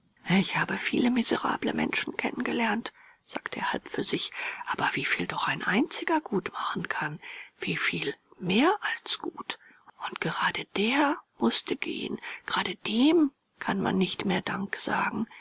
ich habe viele miserable menschen kennengelernt sagte er halb für sich aber wieviel doch ein einziger gutmachen kann wieviel mehr als gut und gerade der mußte gehen gerade dem kann man nicht mehr dank sagen